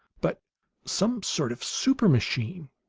but some sort of supermachine,